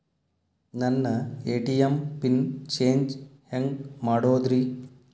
ನನ್ನ ATM pin change ಹೆಂಗ್ ಮಾಡೋದ್ರಿ?